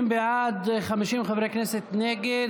30 בעד, 50 חברי כנסת נגד.